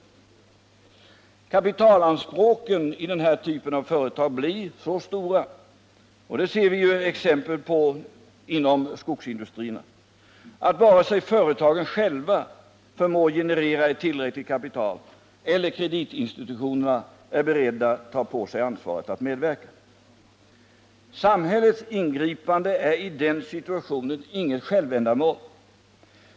Kapitalanspråken i den här typen av företag blir så stora — det ser vi exempel på inom skogsindustrierna — att företagen själva inte förmår generera ett tillräckligt kapital. Inte heller kreditinstitutionerna är beredda att ta på sig ansvaret att medverka. Samhällets ingripande är i den situationen inget självändamål.